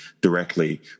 directly